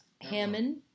Hammond